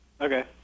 Okay